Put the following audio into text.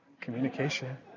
communication